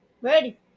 Ready